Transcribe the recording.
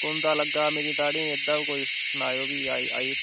कुंदा लग्ग दा मिकी दाढ़ें एहदा बी कोई सनाएयो फ्ही आई आई